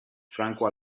franco